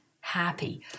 happy